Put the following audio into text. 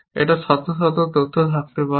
এটা শত শত তথ্য থাকতে পারে